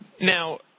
Now